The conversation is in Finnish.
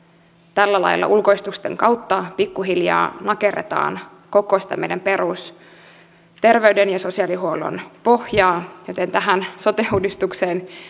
tällä lailla ulkoistusten kautta pikkuhiljaa nakerretaan koko sitä meidän perusterveyden ja sosiaalihuollon pohjaa joten tähän sote uudistukseen